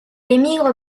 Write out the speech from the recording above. émigre